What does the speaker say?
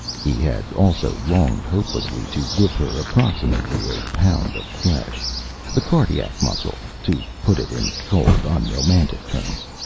he had also longed hopelessly to give her approximately a pound of flesh the cardiac muscle, to put it in cold, unromantic terms.